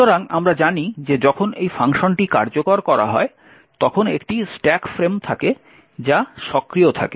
সুতরাং আমরা জানি যে যখন এই ফাংশনটি কার্যকর করা হয় তখন একটি স্ট্যাক ফ্রেম থাকে যা সক্রিয় থাকে